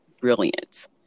brilliant